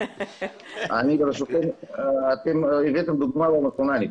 אני חושב, ברשותכם, שאתם הבאתם דוגמה לא נכונה.